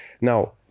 Now